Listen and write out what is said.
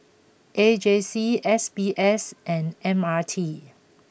A J C S B S and M R T